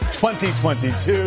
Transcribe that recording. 2022